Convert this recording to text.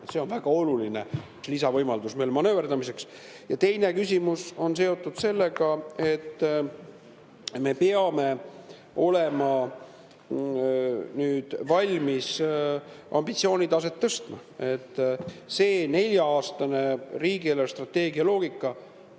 See on meil väga oluline lisavõimalus manööverdada. Ja teine küsimus on seotud sellega, et me peame olema nüüd valmis ambitsioonitaset tõstma. See nelja-aastane riigi eelarvestrateegia loogika